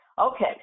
Okay